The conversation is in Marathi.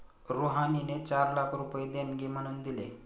रुहानीने चार लाख रुपये देणगी म्हणून दिले